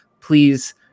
Please